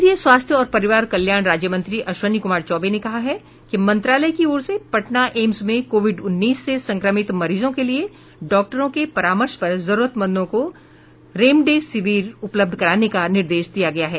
केन्द्रीय स्वास्थ्य और परिवार कल्याण राज्यमंत्री अश्विनी कुमार चौबे ने कहा है कि मंत्रालय की ओर से पटना एम्स में कोविड उन्नीस से संक्रमित मरीजों के लिये डॉक्टरों के परामर्श पर जरूरतमंदों को रेमडेसिवीर उपलब्ध कराने का निर्देश दिया गया है